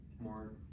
more